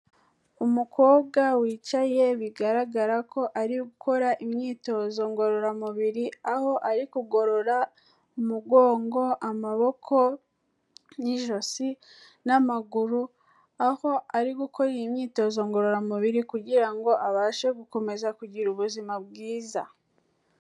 Umukobwa wicaye bigaragara ko ari gukora imyitozo ngororamubiri, aho ari kugorora umugongo, amaboko n'ijosi n'amaguru, aho ari gukora iyi myitozo ngororamubiri kugira ngo abashe gukomeza kugira ubuzima bwiza.